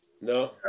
No